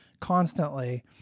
constantly